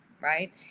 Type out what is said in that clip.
right